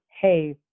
hey